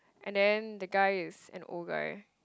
and then the guy is an old guy